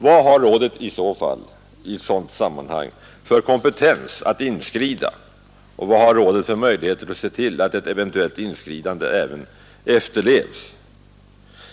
Vad har rådet i ett sådant sammanhang för kompetens att inskrida och vad har rådet för möjligheter att se till att dess beslut vid ett eventuellt inskridande följs?